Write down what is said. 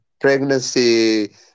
pregnancy